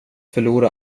förlora